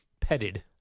petted